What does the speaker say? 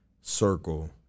circle